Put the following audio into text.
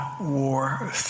War